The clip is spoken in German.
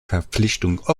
verpflichtung